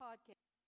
Podcast